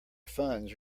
funds